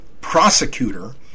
prosecutor